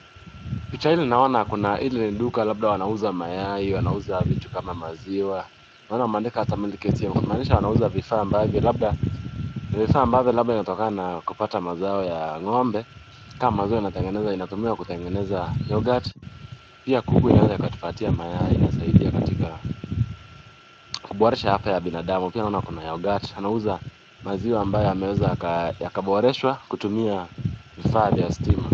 Picha hii ninaona kuna ile ni duka labda wanauza mayai, wanauza vitu kama maziwa. Unaona wameandika hata milk ATM kumaanisha wanauza vifaa ambavyo labda ni vifaa ambavyo labda inatokana na kupata mazao ya ng'ombe. Kama mazao yanatengeneza inatumika kutengeneza yogurt. Pia kuku inaweza ikatupatia mayai inasaidia katika kuboresha afya ya binadamu. Pia naona kuna yogurt. Wanauza maziwa ambayo yameweza yakaboreshwa kutumia vifaa vya stima.